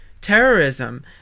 Terrorism